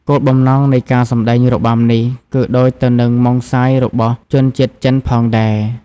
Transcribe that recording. គោលបំណងនៃការសម្ដែងរបាំនេះ គឺដូចទៅនឹងម៉ុងសាយរបស់ជនជាតិចិនផងដែរ។